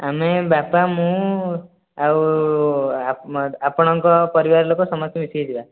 ଆମେ ବାପା ମୁଁ ଆଉ ଆପଣଙ୍କ ପରିବାର ଲୋକ ସମସ୍ତେ ମିଶିକି ଯିବା